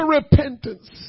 repentance